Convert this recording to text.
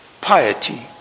piety